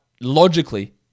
logically